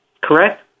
correct